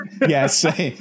Yes